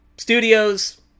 Studios